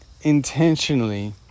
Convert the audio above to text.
intentionally